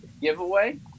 giveaway